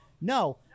no